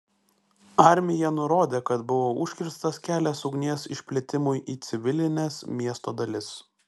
armija nurodė kad buvo užkirstas kelias ugnies išplitimui į civilines miesto dalis